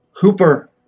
hooper